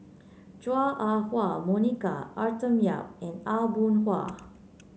Chua Ah Huwa Monica Arthur Yap and Aw Boon Haw